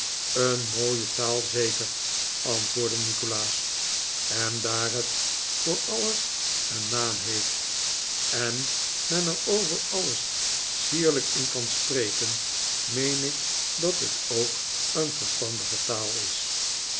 een mooie taal zeker antwoordde nikolaas en daar het voor alles een naam heeft en men er over alles sierlijk in kan spreken meen ik dat het ook een verstandige taal is